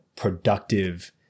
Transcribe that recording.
productive